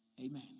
Amen